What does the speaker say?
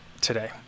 today